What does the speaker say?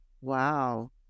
wow